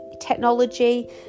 technology